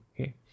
okay